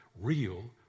real